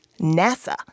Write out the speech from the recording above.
NASA